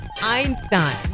Einstein